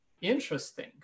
Interesting